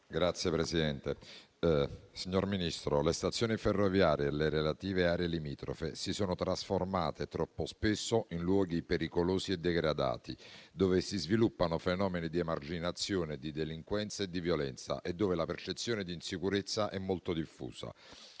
- Premesso che: le stazioni ferroviarie e le relative aree limitrofe si trasformano troppo spesso in luoghi pericolosi e degradati, dove si sviluppano fenomeni di emarginazione, di delinquenza e di violenza e dove la percezione di insicurezza è molto diffusa;